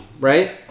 right